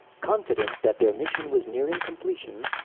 confident that their mission was nearing completion,